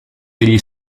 degli